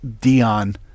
Dion